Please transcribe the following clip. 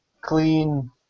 clean